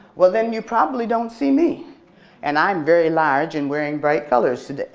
well then you probably don't see me and i'm very large and wearing bright colors today,